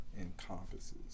encompasses